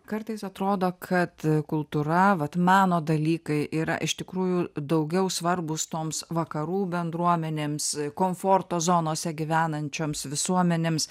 kartais atrodo kad kultūra vat meno dalykai yra iš tikrųjų daugiau svarbūs toms vakarų bendruomenėms komforto zonose gyvenančioms visuomenėms